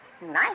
Nice